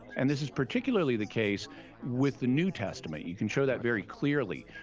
and this is particularly the case with the new testament. you can show that very clearly,